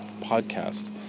podcast